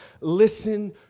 Listen